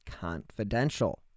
confidential